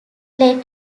let